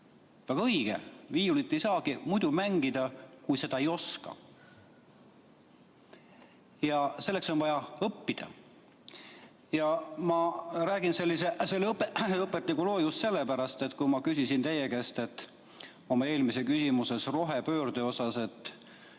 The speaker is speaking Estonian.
väga õige, viiulit ei saagi mängida, kui seda ei oska. Selleks on vaja õppida. Ma räägin sellise õpetliku loo just sellepärast, et kui küsisin teie käest oma eelmises küsimuses rohepöörde kohta,